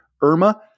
IRMA